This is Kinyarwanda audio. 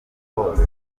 hose